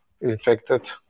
infected